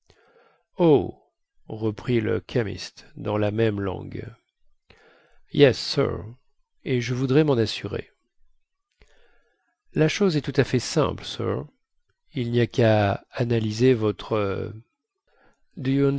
oh reprit le chemist dans la même langue yes sir et je voudrais men assurer la chose est tout à fait simple sir il ny a quà analyser votre